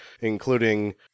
including